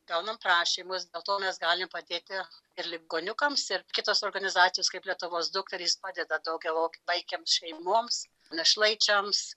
gaunam prašymus dėl to mes galim padėti ir ligoniukams ir kitos organizacijos kaip lietuvos dukterys padeda daugiavaikėms šeimoms našlaičiams